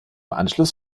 anschluss